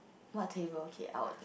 what table okay out